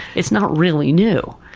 it's not really new.